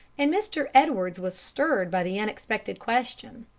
and mr. edwards was stirred by the unexpected question.